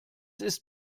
ist